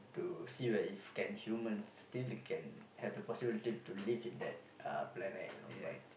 to see whether if can humans still can have the possibility to live in that uh planet you know but